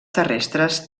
terrestres